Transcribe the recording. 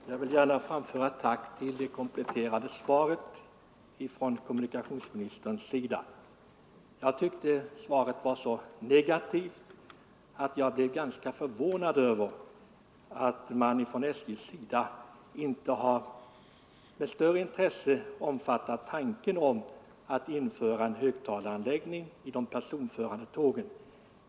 Herr talman! Jag vill framföra ett tack för det kompletterande svaret från kommunikationsministern. Jag tycker att det första svaret var negativt och blev ganska förvånad över att man inom SJ inte med större intresse omfattat tanken att införa högtalaranläggning i de personförande tågen.